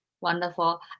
Wonderful